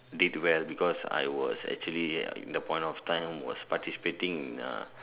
did well because I was actually in the point of time was participating in a